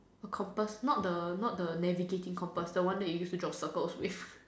a compass not the not the navigating compass the one that you use to draw circles with